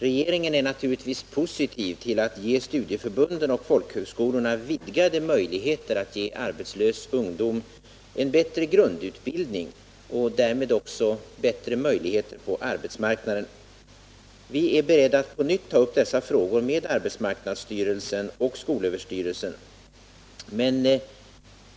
Regeringen är naturligtvis positiv till att ge studieförbunden och folkhögskolorna vidgade möjligheter att bereda arbetslös ungdom en bättre grundutbildning och därmed ökade möjligheter på arbetsmarknaden. Vi är beredda att på nytt ta upp dessa frågor med arbetsmarknadsstyrelsen och skolöverstyrelsen.